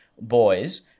boys